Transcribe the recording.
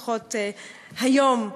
לפחות היום,